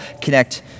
connect